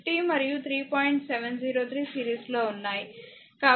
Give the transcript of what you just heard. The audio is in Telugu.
703 సిరీస్లో వున్నాయి